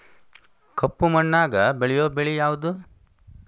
ಕಪ್ಪು ಮಣ್ಣಾಗ ಬೆಳೆಯೋ ಬೆಳಿ ಯಾವುದು?